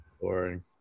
Boring